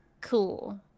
Cool